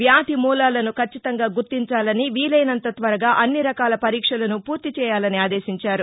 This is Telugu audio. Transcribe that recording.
వ్యాధి మూలాలను కచ్చితంగా గుర్తించాలని వీలైనంత త్వరగా అన్ని రకాల పరీక్షలను పూర్తి చేయాలని ఆదేశించారు